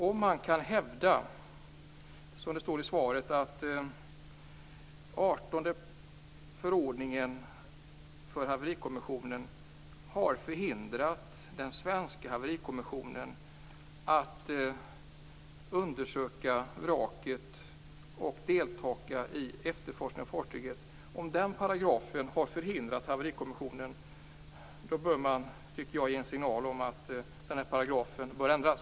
Om man kan hävda, som det står i svaret, att reglerna i 18 § i förordningen om undersökning av olyckor har förhindrat den svenska haverikommissionen att undersöka vraket och delta i efterforskningar av fartyget, då tycker jag att man bör ge en signal om att denna paragraf bör ändras.